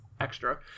extra